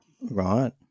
right